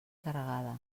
carregada